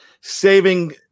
saving